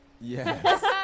Yes